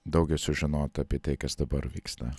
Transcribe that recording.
daugiau sužinot apie tai kas dabar vyksta